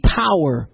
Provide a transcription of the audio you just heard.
power